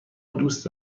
دوست